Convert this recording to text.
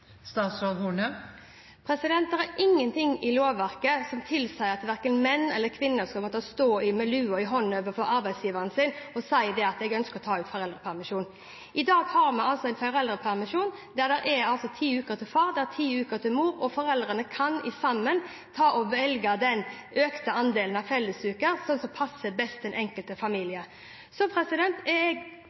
er ingenting i lovverket som tilsier at verken menn eller kvinner skal måtte stå med lua i hånda overfor arbeidsgiveren sin og si at de ønsker å ta ut foreldrepermisjon. I dag har vi altså en foreldrepermisjon der det er ti uker til far og ti uker til mor, og der foreldrene sammen kan velge å ta den økte andelen av fellesuker slik som det passer best for den enkelte familie. Så jeg